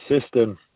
system